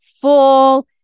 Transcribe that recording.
full